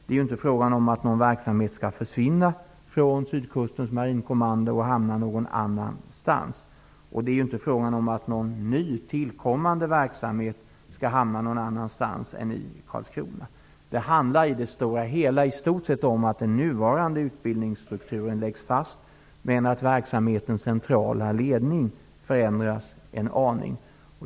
Det är inte fråga om att någon verksamhet skall försvinna från Sydkustens marinkommando och hamna någon annanstans, och det är inte fråga om att någon annan ny tillkommande verksamhet skall hamna någon annanstans än i Karlskrona. Det handlar i det stora hela om att den nuvarande utbildningsstrukturen läggs fast men att verksamhetens centrala ledning förändras en aning.